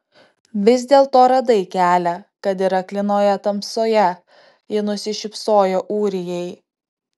vis dėlto radai kelią kad ir aklinoje tamsoje ji nusišypsojo ūrijai